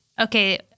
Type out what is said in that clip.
okay